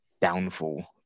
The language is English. downfall